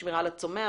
שמירה על הצומח,